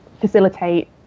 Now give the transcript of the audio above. facilitate